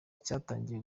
cyatangiye